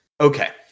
okay